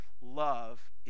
Love